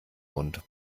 mund